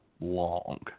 long